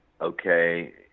okay